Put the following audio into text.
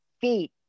feet